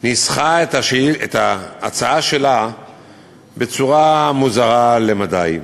ניסחה את ההצעה שלה בצורה מוזרה למדי.